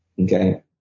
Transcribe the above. Okay